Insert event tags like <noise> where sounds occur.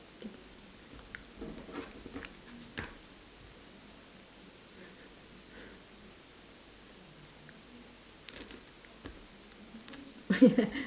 <laughs>